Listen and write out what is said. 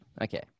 Okay